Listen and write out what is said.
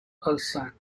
alsace